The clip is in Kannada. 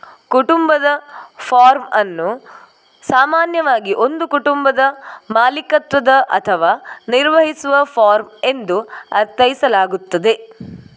ಕುಟುಂಬದ ಫಾರ್ಮ್ ಅನ್ನು ಸಾಮಾನ್ಯವಾಗಿ ಒಂದು ಕುಟುಂಬದ ಮಾಲೀಕತ್ವದ ಅಥವಾ ನಿರ್ವಹಿಸುವ ಫಾರ್ಮ್ ಎಂದು ಅರ್ಥೈಸಲಾಗುತ್ತದೆ